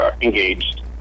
engaged